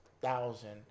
thousand